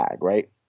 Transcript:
right